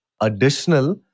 additional